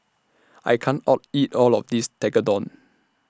I can't All eat All of This Tekkadon